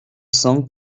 cent